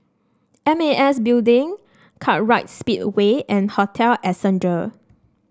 M A S Building Kartright Speedway and Hotel Ascendere